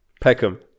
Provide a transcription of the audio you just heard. Peckham